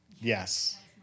Yes